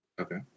Okay